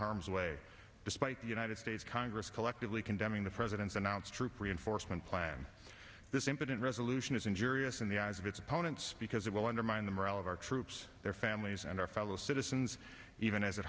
harm's way despite the united states congress collectively condemning the president's announced troop reinforcement plan this impotent resolution is injurious in the eyes of its opponents because it will undermine the morale of our troops their families and our fellow citizens even as